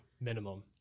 minimum